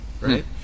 Right